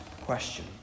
question